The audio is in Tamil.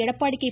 எடப்பாடி கே